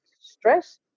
stress